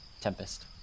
Tempest